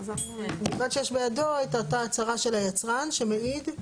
ובלבד שיש בידו את אותה הצהרה של היצרן שמעיד.